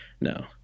No